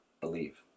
believe